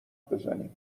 بزنیم